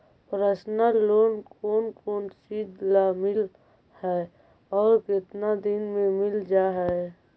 Personal loan कोन कोन चिज ल मिल है और केतना दिन में मिल जा है?